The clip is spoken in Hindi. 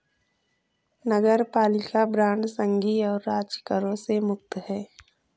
नगरपालिका बांड संघीय और राज्य करों से मुक्त हैं